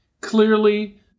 Clearly